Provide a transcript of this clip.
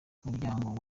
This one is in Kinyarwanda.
umuryango